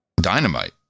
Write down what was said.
dynamite